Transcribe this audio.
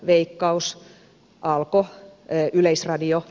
veikkaus alko yleisradio